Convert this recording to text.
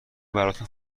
براتون